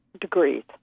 degrees